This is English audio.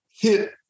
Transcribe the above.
hit